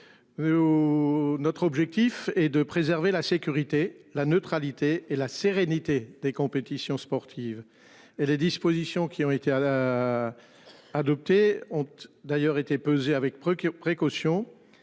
notre objectif est de préserver la sécurité la neutralité et la sérénité des compétitions sportives et les dispositions qui ont été. Adopté honte d'ailleurs été pesé avec procure